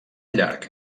llarg